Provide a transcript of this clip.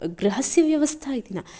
गृहस्य व्यवस्था इति न